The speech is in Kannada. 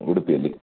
ಉಡುಪಿಯಲ್ಲಿ